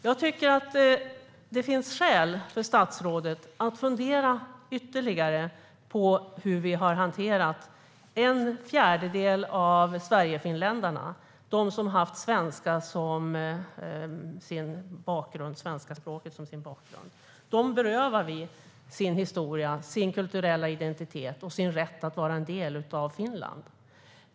Jag tycker att det finns skäl för statsrådet att fundera ytterligare på hur vi har hanterat den fjärdedel av sverigefinländarna som haft svenska språket som sin bakgrund. Vi berövar dem deras historia, deras kulturella identitet och deras rätt att vara en del av Finland.